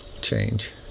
change